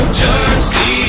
jersey